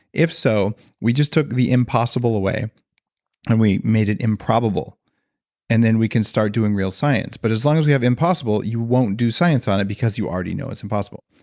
if so, we just took the impossible away and we made it improbable and then we can start doing real science, but as long as we have impossible, you won't do science on it because you already know it's impossible.